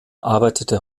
arbeitete